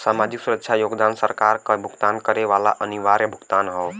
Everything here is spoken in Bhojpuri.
सामाजिक सुरक्षा योगदान सरकार क भुगतान करे वाला अनिवार्य भुगतान हौ